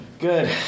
Good